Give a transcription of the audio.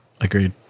Agreed